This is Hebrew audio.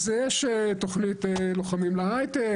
אז יש תוכנית לוחמים להייטק,